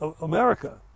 America